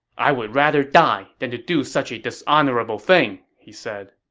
i would rather die than to do such a dishonorable thing, he said